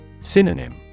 Synonym